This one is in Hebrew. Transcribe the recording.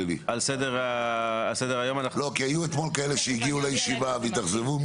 אתמול היו כאלה שהגיעו לישיבה והתאכזבו.